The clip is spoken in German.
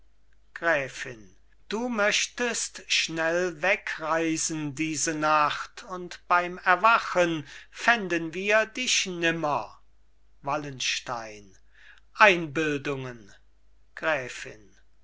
gräfin du möchtest schnell wegreisen diese nacht und beim erwachen fänden wir dich nimmer wallenstein einbildungen gräfin